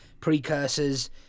precursors